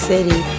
City